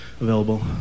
available